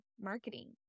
marketing